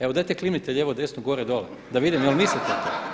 Evo dajte klimnite lijevo, desno, gore, dole da vidim jel' mislite.